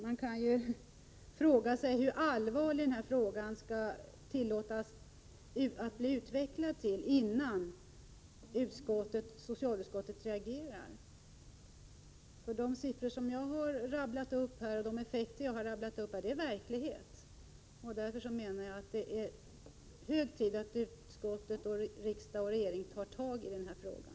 Man kan fråga sig hur allvarligt problemet skall tillåtas bli innan socialutskottet reagerar. De siffror och de effekter som jag har redogjort för här är verklighet. Därför menar jag att det är hög tid att riksdag och regering tar tag i frågan.